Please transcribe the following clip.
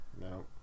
No